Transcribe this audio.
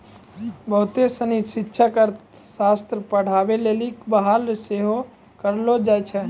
बहुते सिनी शिक्षक अर्थशास्त्र पढ़ाबै लेली बहाल सेहो करलो जाय छै